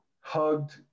hugged